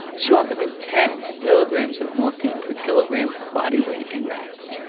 stronger than ten milligrams of morphine per kilogram of body weight in rats.